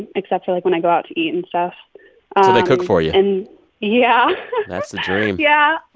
and except for, like, when i go out to eat and stuff so they cook for you and yeah that's the dream yeah.